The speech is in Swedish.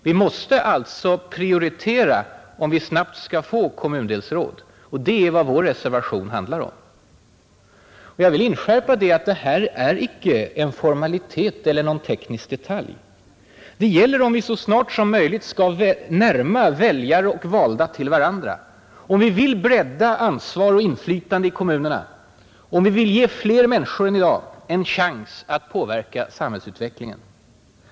Vi måste alltså prioritera hårt om vi snabbt skall få kommundelsråd. Det är vad vår reservation handlar om. Jag vill inskärpa att det här inte är en formalitet eller teknisk detalj. Det gäller om vi så snart som möjligt skall kunna närma väljare och valda till varandra, om vi vill bredda ansvar och inflytande i kommunerna, om vi vill ge fler människor än i dag en chans att påverka samhällsutvecklingen.